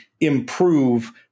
improve